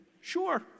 Sure